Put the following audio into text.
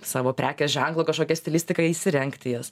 savo prekės ženklo kažkokia stilistika įsirengti jas